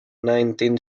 nineteen